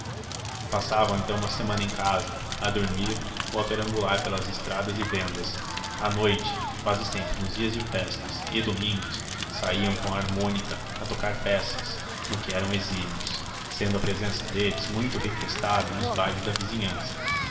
passavam então uma semana em casa a dormir ou perambular pelas estradas e vendas à noite quase sempre nos dias de festa e domingos saíam com a harmônica a tocar peças no que eram exímios sendo a presença deles muito requestada nos bailes da vizinhança